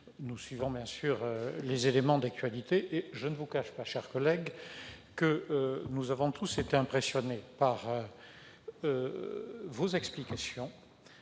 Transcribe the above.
Nous suivons, bien sûr, les éléments d'actualité. Je ne vous cache pas, cher collègue, que nous avons tous été impressionnés par vos explications,